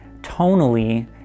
tonally